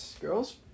girls